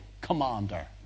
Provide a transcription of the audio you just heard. commander